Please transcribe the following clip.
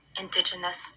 indigenous